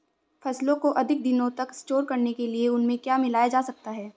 फसलों को अधिक दिनों तक स्टोर करने के लिए उनमें क्या मिलाया जा सकता है?